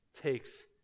takes